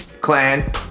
clan